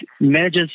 manages